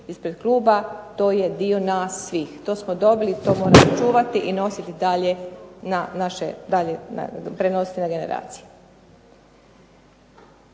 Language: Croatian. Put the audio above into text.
ispred kluba, to je dio nas svih. To smo dobili i to moramo čuvati i nositi dalje na naše, prenositi na generacije.